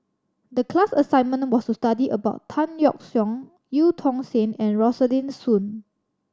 the class assignment was to study about Tan Yeok Seong Eu Tong Sen and Rosaline Soon